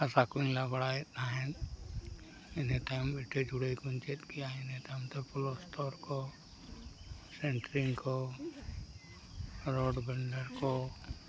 ᱦᱟᱥᱟ ᱠᱚᱧ ᱞᱟ ᱵᱟᱲᱟᱭᱮᱫ ᱛᱟᱦᱮᱫ ᱤᱱᱟᱹᱛᱟᱭᱚᱢ ᱤᱴᱟᱹ ᱡᱩᱲᱟᱣ ᱠᱚᱧ ᱪᱮᱫ ᱠᱮᱜᱼᱟ ᱤᱱᱟᱹᱛᱟᱭᱚᱢᱛᱮ ᱯᱞᱚᱥᱴᱚᱨ ᱠᱚ ᱥᱮᱱᱴᱨᱤᱝ ᱠᱚ ᱨᱚᱰ ᱵᱮᱱᱰᱟᱨ ᱠᱚ